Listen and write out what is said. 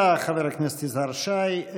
תודה, חבר הכנסת יזהר שי.